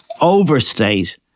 overstate